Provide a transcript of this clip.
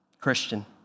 Christian